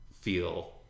feel